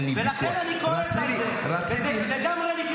לכן אני כועס על זה, וזה לגמרי לגיטימי לכעוס.